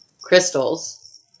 crystals